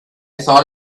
thought